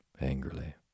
angrily